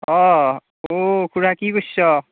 অঁ অ' খুৰা কি কইচ্ছ'